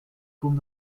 kon